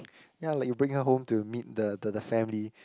ya like you bring her home to meet the the the family